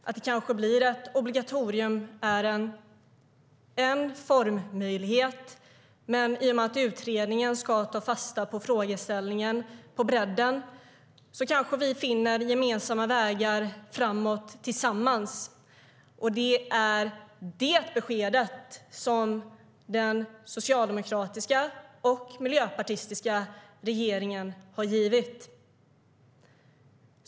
Att det kanske blir ett obligatorium är en formmöjlighet, men i och med att utredningen ska ta fasta på frågeställningen på bredden kanske vi finner gemensamma vägar framåt tillsammans. Det är det beskedet som den socialdemokratiska och miljöpartistiska regeringen har givit.